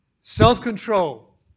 Self-control